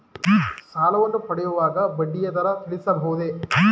ಸಾಲವನ್ನು ಪಡೆಯುವಾಗ ಬಡ್ಡಿಯ ದರ ತಿಳಿಸಬಹುದೇ?